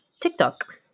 TikTok